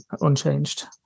unchanged